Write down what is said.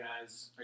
guys